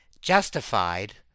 justified